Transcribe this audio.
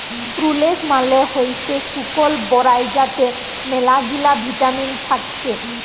প্রুলেস মালে হইসে শুকল বরাই যাতে ম্যালাগিলা ভিটামিল থাক্যে